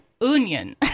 Union